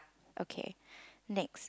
okay next